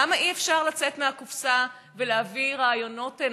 למה אי-אפשר לצאת מהקופסה ולהביא רעיונות נוספים,